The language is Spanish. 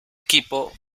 equipo